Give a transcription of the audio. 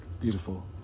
Beautiful